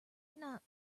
not